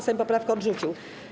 Sejm poprawkę odrzucił.